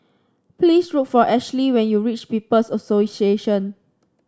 please look for Ashly when you reach People's Association